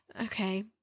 Okay